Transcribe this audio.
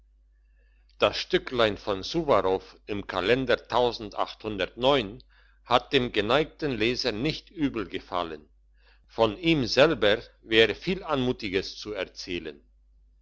das stücklein von suwarow im kalender hat dem geneigten leser nicht übel gefallen von ihm selber wäre viel anmutiges zu erzählen